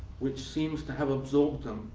which seems to have absorbed them,